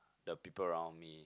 the people around me